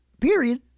period